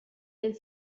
del